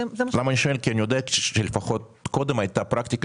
אני שואל כי אני יודע שלפחות קודם הייתה פרקטיקה